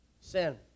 sin